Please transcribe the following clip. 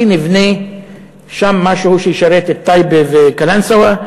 נבנה שם משהו שישרת את טייבה וקלנסואה.